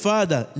Father